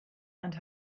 and